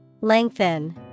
Lengthen